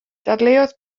dadleuodd